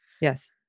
Yes